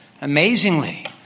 Amazingly